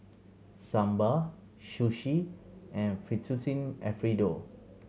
Sambar Sushi and Fettuccine Alfredo